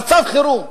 מצב חירום.